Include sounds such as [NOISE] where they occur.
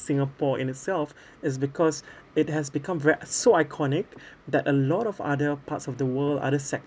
singapore in itself [BREATH] is because [BREATH] it has become very so iconic [BREATH] that a lot of other parts of the world other sectors